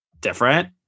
different